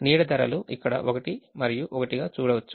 నీడ ధరలు ఇక్కడ 1 మరియు 1 గా చూడవచ్చు